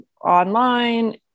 online